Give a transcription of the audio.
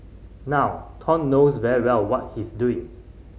now Thong knows very well what he's doing